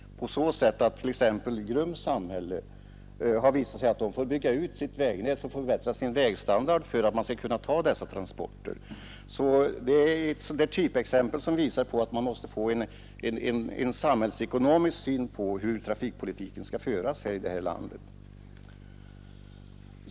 Grums kommun t.ex. måste bygga ut sin vägnät och förbättra sin vägstandard för att kunna ta dessa transporter. Det är således ett typexempel som visar behovet av en samhällsekonomisk syn på trafikpolitiken här i landet.